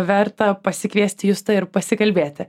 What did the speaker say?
verta pasikviesti justą ir pasikalbėti